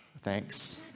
Thanks